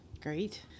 Great